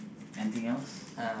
anything else